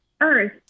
earth